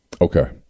Okay